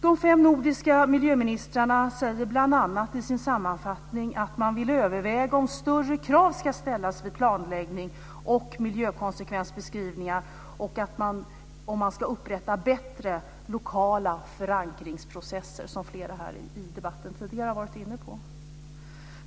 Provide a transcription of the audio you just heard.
De fem nordiska miljöministrarna säger bl.a. i sin sammanfattning att man vill överväga om större krav ska ställas vid planläggning och miljökonsekvensbeskrivningar och om man ska upprätta bättre lokala förankringsprocesser, som flera har varit inne på tidigare i debatten.